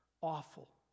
Awful